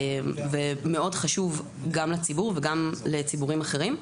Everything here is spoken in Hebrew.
ומאוד חשוב גם לציבור וגם לציבורים אחרים.